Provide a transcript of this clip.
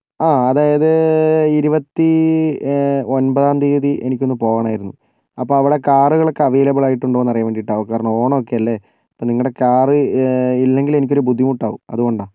ആ അതായത് ഇരുപത്തി ഒൻപതാം തിയതി എനിക്കൊന്ന് പോകണമായിരുന്നു അപ്പോൾ അവിടെ കാറുകൾ ഒക്കേ അവൈലബിൾ ആയിട്ട് ഉണ്ടോന്ന് അറിയാൻ വേണ്ടിയിട്ടാണ് കാരണം ഓണം ഒക്കേ അല്ലേ അപ്പം നിങ്ങളുടെ കാറ് ഇല്ലെങ്കിൽ എനിക്ക് ഒരു ബുദ്ധിമുട്ടാകും അത് കൊണ്ടാണ്